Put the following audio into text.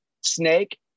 snake